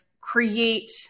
create